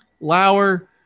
Lauer